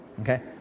okay